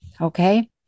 okay